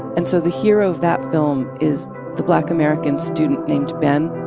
and so the hero of that film is the black american student named ben.